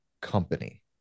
company